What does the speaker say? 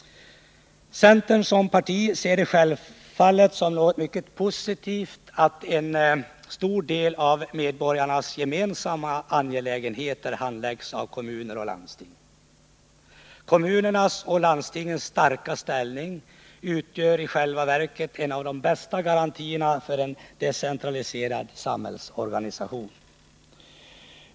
Centern som parti ser det självfallet som något mycket positivt att en stor del av medborgarnas gemensamma angelägenheter handläggs av kommuner och landsting. Kommunernas och landstingens starka ställning utgör i själva verket en av de bästa garantierna för en decentraliserad samhällsorganisation.